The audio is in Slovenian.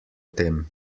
tem